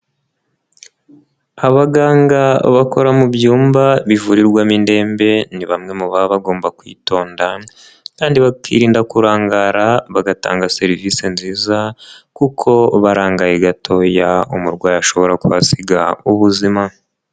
Abaganga bakora mu byumba bivurirwamo indembe, ni bamwe mu baba bagomba kwitonda kandi bakirinda kurangara, bagatanga serivisi nziza kuko barangaye gatoya umurwayi ashobora kuhasiga ubuzima.